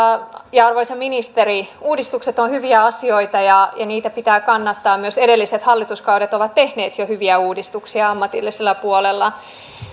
arvoisa ministeri uudistukset ovat hyviä asioita ja niitä pitää kannattaa myös edelliset hallituskaudet ovat jo tehneet hyviä uudistuksia ammatillisella puolella